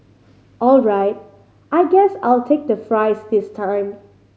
all right I guess I'll take the fries this time